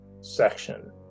section